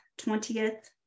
20th